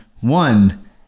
One